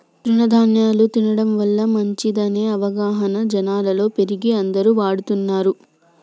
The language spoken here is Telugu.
తృణ ధ్యాన్యాలు తినడం వల్ల మంచిదనే అవగాహన జనాలలో పెరిగి అందరు వాడుతున్లు